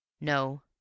No